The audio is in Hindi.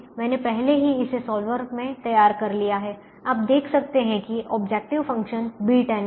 मैंने पहले ही इसे सॉल्वर में तैयार कर लिया है आप देख सकते हैं कि ऑब्जेक्टिव फंक्शन B10 है